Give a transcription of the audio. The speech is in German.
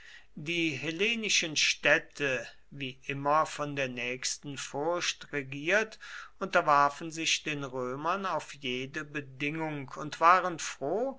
die hellenischen städte wie immer von der nächsten furcht regiert unterwarfen sich den römern auf jede bedingung und waren froh